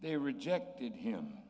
they rejected him